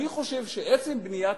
אני חושב שעצם בניית